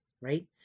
right